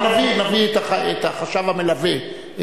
אנחנו נביא את החשב המלווה,